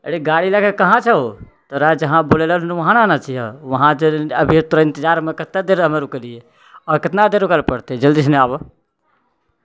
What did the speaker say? अरे गाड़ी लऽ कऽ कहाँ छऽ तोरा जहाँ बोलेलहुँ वहाँ नहि आना चाहिअ वहाँ अभिए तोरे इन्तजारमे कतेक देर हम रुकलिए आओर कतना देर रुकैलए पड़तै जल्दी सनी आबऽ